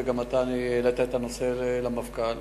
וגם אתה העלית את הנושא למפכ"ל,